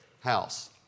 house